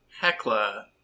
Hecla